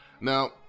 Now